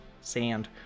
sand